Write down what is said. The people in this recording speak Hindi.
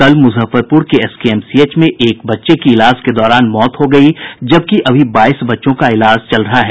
कल मुजफ्फरपुर के एसकेएमसीएच में एक बच्चे की इलाज के दौरान मौत हो गयी जबकि अभी बाईस बच्चों का इलाज चल रहा है